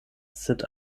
sed